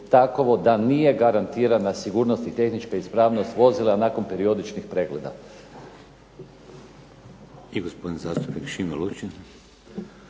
takovo da nije garantirana sigurnost i tehnička ispravnost vozila nakon periodičnih pregleda.